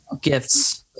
gifts